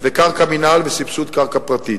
וקרקע מינהל וסבסוד קרקע פרטית,